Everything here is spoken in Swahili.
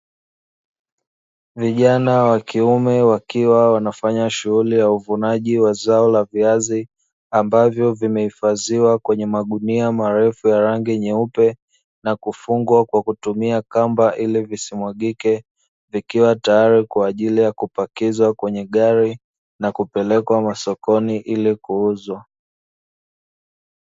Vijana wa kiume wakiwa wanafanya shughuli ya uvunaji wa zao la viazi ambavyo vimehifadhiwa kwenye magunia marefu ya rangi nyeupe na kufungwa kwa kutumia kamba ili visimwagike vikiwa tayari kwa ajili ya kupakizwa kwenye gari na kupelekwa masokoni ili kuuzwa